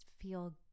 feel